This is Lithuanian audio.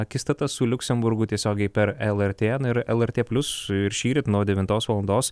akistata su liuksemburgu tiesiogiai per lrt na ir lrt plius ir šįryt nuo devintos valandos